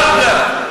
אדמת אבותינו,